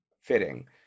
fitting